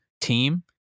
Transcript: team